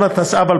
התשס"ז 2007,